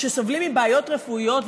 שסובלים מבעיות רפואיות.